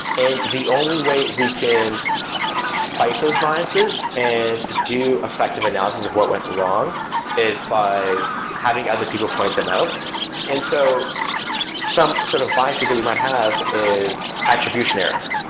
the only way we can fight those biases and do effective analysis of what went wrong is by having other people point them out and so some sort of biases that you might have is attribution error,